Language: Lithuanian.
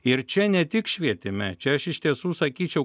ir čia ne tik švietime čia aš iš tiesų sakyčiau